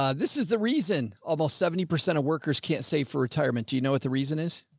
um this is the reason almost seventy percent of workers can't save for retirement. do you know what the reason is?